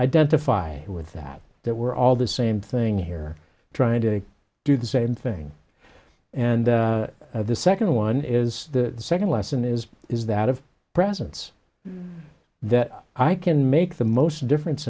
identify with that that we're all the same thing here trying to do the same thing and the second one is the second lesson is is that of presence that i can make the most difference